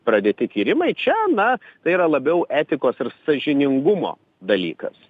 pradėti tyrimai čia na tai yra labiau etikos ir sąžiningumo dalykas